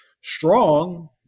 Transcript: strong